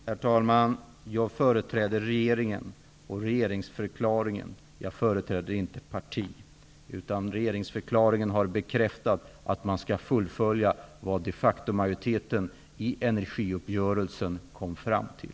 Herr talman! Jag företräder regeringen och regeringsförklaringen, jag företräder inte ett parti. Regeringsförklaringen har bekräftat att man skall fullfölja vad de facto-majoriteten i energiuppgörelsen kom fram till.